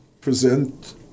present